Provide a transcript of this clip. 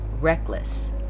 reckless